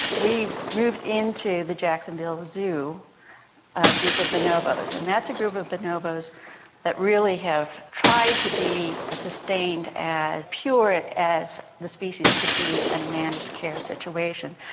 we moved into the jacksonville zoo ah group of bonobos. and that's a group of bonobos that really have tried to be a sustained, as pure as the species could be in a managed care situation.